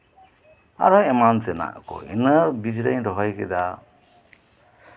ᱟᱨᱦᱚᱸ ᱮᱢᱟᱱ ᱛᱮᱱᱟᱜ ᱠᱚ ᱵᱤᱡ ᱨᱤᱧ ᱨᱚᱦᱚᱭ ᱠᱮᱫᱟ